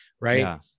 right